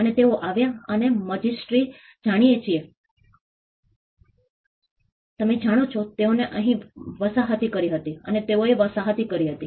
અને તેઓ આવ્યા અને અમે રજિસ્ટ્રી જાણીએ છીએ અને તમે જાણો છો તેઓએ અહીં વસાહતી કરી હતી અને તેઓએ વસાહતી કરી હતી